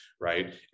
right